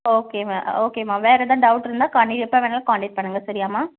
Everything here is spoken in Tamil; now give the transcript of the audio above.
ஓகேம்மா ஓகேம்மா வேறு ஏதாவது டவுட் இருந்தால் கான்னி எப்போ வேணுணாலும் காண்டெக்ட் பண்ணுங்க சரியாம்மா